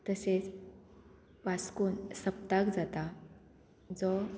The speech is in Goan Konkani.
तशेंच वास्कोन सप्ताक जाता जो